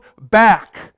back